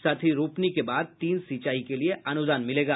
साथ ही रोपनी के बाद तीन सिंचाई के लिए अनुदान मिलेगा